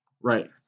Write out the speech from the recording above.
Right